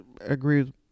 agree